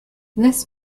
this